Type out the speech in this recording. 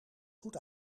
goed